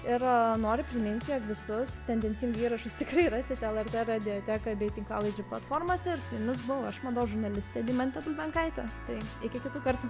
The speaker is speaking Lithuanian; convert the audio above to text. ir noriu priminti jog visus tendencingai įrašus tikrai rasite lrt radiotekoj bei tinklalaidžių platformose ir su jumis buvau aš mados žurnalistė deimantė bulbenkaitė tai iki kitų kartų